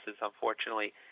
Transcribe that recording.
unfortunately